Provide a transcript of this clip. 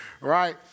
right